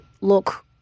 look